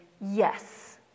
yes